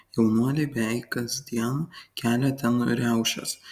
jaunuoliai beveik kasdien kelia ten riaušes